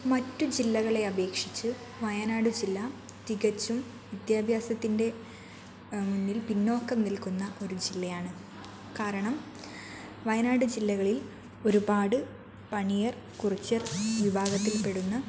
മറ്റു ജില്ലകളെ അപേക്ഷിച്ച് വയനാട് ജില്ല തികച്ചും വിദ്യാഭ്യാസത്തിൻ്റെ മുന്നിൽ പിന്നോക്കം നിൽക്കുന്ന ഒരു ജില്ലയാണ് കാരണം വയനാട് ജില്ലകളിൽ ഒരുപാട് പണിയർ കുറിച്യർ വിഭാഗത്തിൽപ്പെടുന്ന